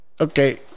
okay